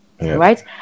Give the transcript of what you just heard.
right